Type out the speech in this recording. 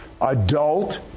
Adult